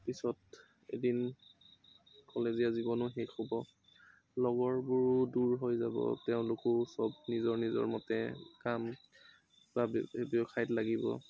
পিছত এদিন কলেজীয়া জীৱনো শেষ হ'ব লগৰবোৰো দূৰ হৈ যাব তেওঁলোকো চব নিজৰ নিজৰ মতে কাম বা ব্যৱসায়ত লাগিব